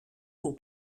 pour